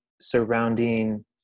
surrounding